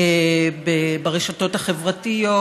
ברשתות החברתיות,